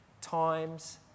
times